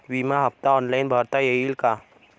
विमा हफ्ता ऑनलाईन भरता येईल का?